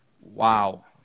Wow